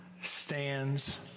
stands